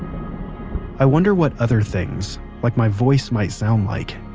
i wonder what other things, like my voice, might sound like.